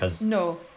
No